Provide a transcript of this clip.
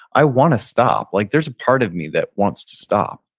i want to stop. like there's a part of me that wants to stop,